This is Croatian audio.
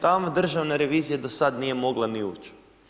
Tamo državna revizija do sada nije mogla ni ući.